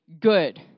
good